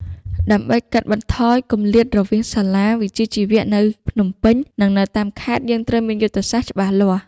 ដើម្បីកាត់បន្ថយគម្លាតរវាងសាលាវិជ្ជាជីវៈនៅភ្នំពេញនិងនៅតាមខេត្ត យើងត្រូវមានយុទ្ធសាស្ត្រច្បាស់លាស់។